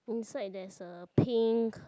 inside there's a pink